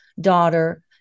daughter